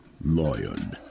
Lion